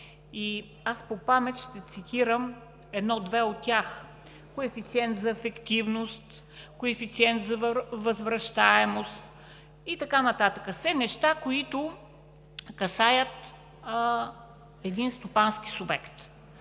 По памет ще цитирам едно-две от тях: коефициент за ефективност, коефициент за възвращаемост и така нататък – все неща, които касаят един стопански субект.